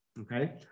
okay